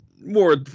more